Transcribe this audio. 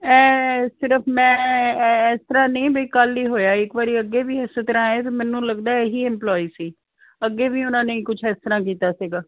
ਐਂ ਸਿਰਫ ਮੈਂ ਇਸ ਤਰ੍ਹਾਂ ਨਹੀਂ ਬਈ ਕੱਲ ਹੀ ਹੋਇਆ ਇੱਕ ਵਾਰੀ ਅੱਗੇ ਵੀ ਇਸੇ ਤਰ੍ਹਾਂ ਆਏ ਤੇ ਮੈਨੂੰ ਲੱਗਦਾ ਇਹੀ ਇਮਪਲੋਈ ਸੀ ਅੱਗੇ ਵੀ ਉਹਨਾਂ ਨੇ ਕੁਝ ਇਸ ਤਰ੍ਹਾਂ ਕੀਤਾ ਸੀਗਾ